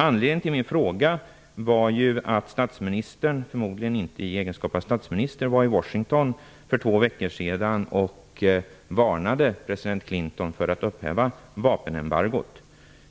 Anledningen till min fråga var att statsministern -- förmodligen inte i egenskap av statsminister -- var i Washington för två veckor sedan och varnade president Clinton för att upphäva vapenembargot.